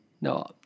No